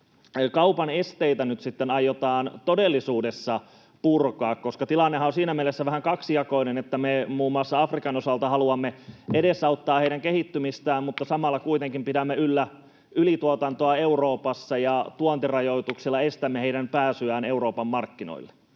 kaupan esteitä nyt sitten aiotaan todellisuudessa purkaa, koska tilannehan on siinä mielessä vähän kaksijakoinen, että me muun muassa Afrikan osalta haluamme edesauttaa heidän kehittymistään mutta samalla kuitenkin pidämme yllä ylituotantoa Euroopassa ja tuontirajoituksilla estämme heidän pääsyään Euroopan markkinoille?